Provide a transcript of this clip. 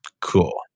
cool